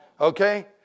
Okay